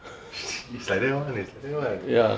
it's like that [one] it's like that [one]